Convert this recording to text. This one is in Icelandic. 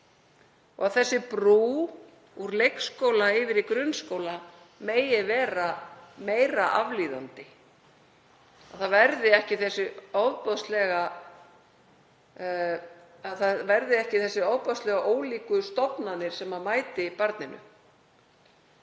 og að þessi brú úr leikskóla yfir í grunnskóla megi vera meira aflíðandi, það verði ekki þessar ofboðslega ólíku stofnanir sem mæta barninu.